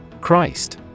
Christ